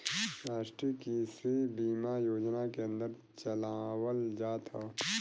राष्ट्रीय कृषि बीमा योजना के अन्दर चलावल जात हौ